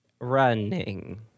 Running